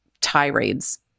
tirades